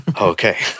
Okay